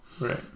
right